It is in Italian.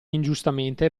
ingiustamente